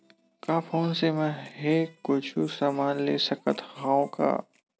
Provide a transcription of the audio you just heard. का फोन से मै हे कुछु समान ले सकत हाव का?